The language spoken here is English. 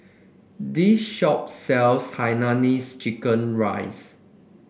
this shop sells Hainanese Chicken Rice